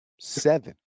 Seven